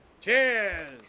Cheers